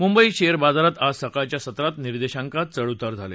Mumbai share बाजारात आज सकाळच्यासत्रात निर्देशांकात चढउतार झाले